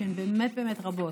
שהן באמת באמת רבות,